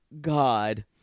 God